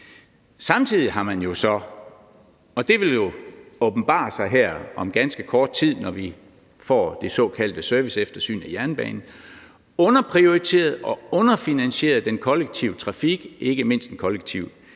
Samtidig har man jo så – og det vil åbenbare sig her om ganske kort tid, når vi får det såkaldte serviceeftersyn af jernbanen – underprioriteret og underfinansieret den kollektive trafik, ikke mindst den kollektive